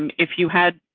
and if you had.